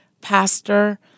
pastor